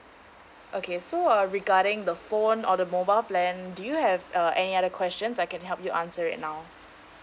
okay so uh regarding the phone or the mobile plan do you have uh any other questions I can help you answer it now